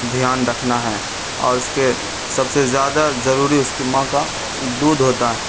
دھیان رکھنا ہے اور اس کے سب سے زیادہ ضروری اس کی ماں کا دودھ ہوتا ہے